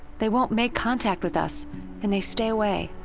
they won't make contact with us and they stay away.